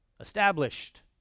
established